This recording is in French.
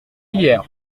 hier